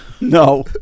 No